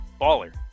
Baller